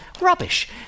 rubbish